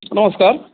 नमस्कार